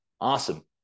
Awesome